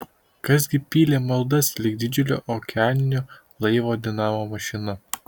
kas gi pylė maldas lyg didžiulio okeaninio laivo dinamo mašina